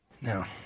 Now